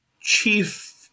chief